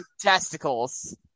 testicles